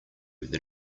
that